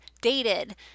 dated